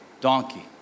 donkey